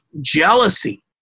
jealousy